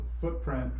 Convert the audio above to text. footprint